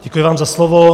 Děkuji vám za slovo.